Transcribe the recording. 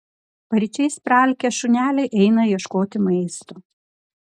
paryčiais praalkę šuneliai eina ieškoti maisto